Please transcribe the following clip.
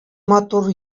матур